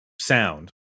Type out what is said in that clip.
sound